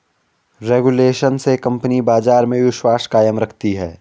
regulation से company बाजार में विश्वास कायम रखती है